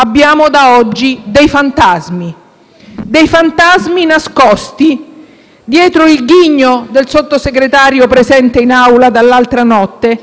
Dei fantasmi nascosti dietro il ghigno del Sottosegretario presente in Aula dall'altra notte, che si trastulla con il suo *smartphone*